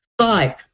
five